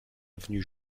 avenue